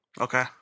Okay